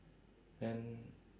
then